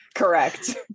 correct